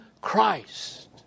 Christ